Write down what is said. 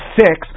six